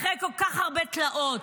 אחרי כל כך הרבה תלאות,